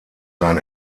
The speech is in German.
sein